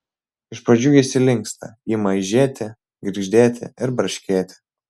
iš pradžių jis įlinksta ima aižėti girgždėti ir braškėti